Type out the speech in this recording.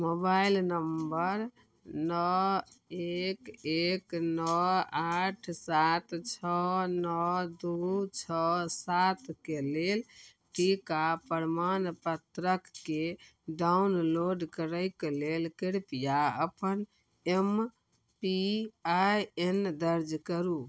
mobile number नओ एक एक नओ आठ सात छओ नओ दू छओ सात के लेल टीका प्रमाणपत्रकके डाउनलोड करैके लेल कृपआ अपन एम पी आइ एन दर्ज करु